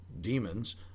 demons